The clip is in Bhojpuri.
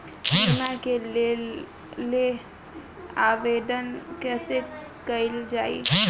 बीमा के लेल आवेदन कैसे कयील जाइ?